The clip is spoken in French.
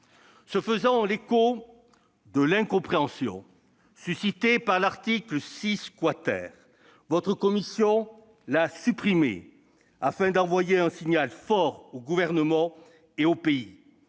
Se faisant l'écho de l'incompréhension suscitée par l'article 6 , votre commission l'a supprimé, afin d'envoyer un signal fort au Gouvernement et au pays.